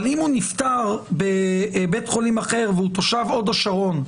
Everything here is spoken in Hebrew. אבל אם הוא נפטר בבית חולים אחר והוא תושב הוד השרון,